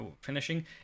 finishing